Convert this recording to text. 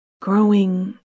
growing